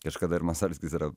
kažkada ir masalskis yra